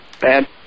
Bad